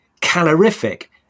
calorific